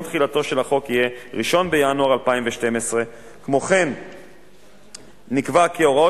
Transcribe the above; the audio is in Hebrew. תחילתו של החוק יהיה 1 בינואר 2012. כמו כן נקבע כי הוראות